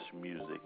music